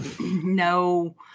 No